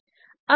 ठीक है